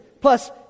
Plus